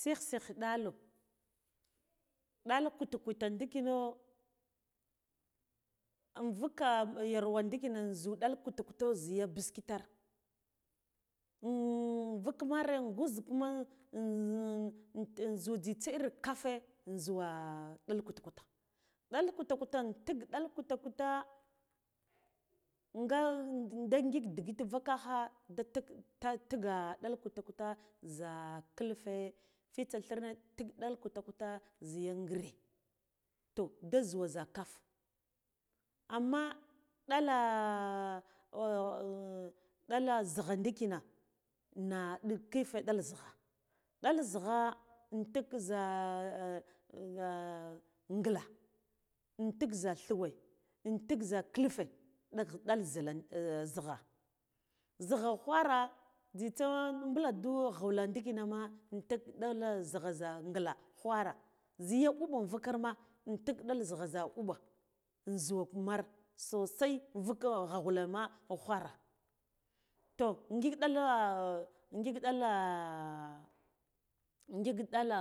Sigh sigh dalo ɗal kuta kate ndikino vuk yarwa ndikina zhu ɗal kuto kuto zhiya biskitar vuk mare un ghus kuma ghu jzitsa ini kafe en ghuwa ɗal kuta kuta ɗal kuta kuta ntik ɗa cuta kuta nga da ngik digit vukakha da tak ta tigha ɗal kuta kuta zha kilfe fitsa thirne tik ɗal kuta kuta zhiya ngire toh da zuwa zha kaf amma dala ɗala zhigha ndikina na kilfe ɗal zhigha ɗal zhigha intik zhe ngila intik zha thuwe intik zha kilfe ɗagh dal zhita zhi gha zhigha ghwara jzitsa mbuladu ghula ndikine me intik ɗala zhigha zha ngila ghara zhiya mɓuɓa invukamr intik ɗala zhiga zha mɓuɓa inzhu wa mar sosai vukki ghaghalu lema ghwara toh ngik dala ngik ɗala ngik dala